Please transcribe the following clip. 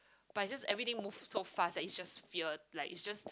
but is just everything moves so fast that is just fear like is just